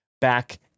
back